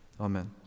Amen